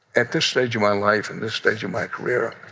at this stage in my life and this stage of my career,